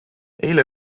eile